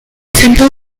central